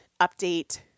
update